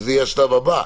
שזה יהיה השלב הבא.